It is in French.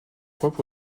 propres